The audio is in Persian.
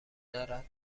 دارد